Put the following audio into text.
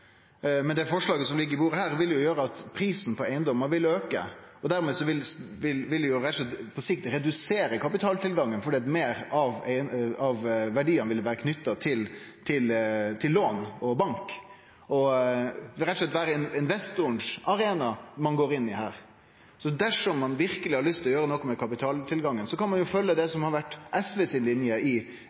men forslaget som her ligg på bordet, vil jo gjere at prisen på eigedomar vil auke. Det vil dermed på sikt redusere kapitaltilgangen, fordi meir av verdiane vil vere knytt til lån og bank. Det vil rett og slett vere investoren sin arena ein går inn i. Dersom ein verkeleg har lyst til å gjere noko med kapitaltilgangen, kan ein jo følgje det som har vore SVs linje i